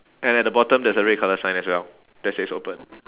and at the bottom there's a red colour sign as well that says open